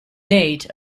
date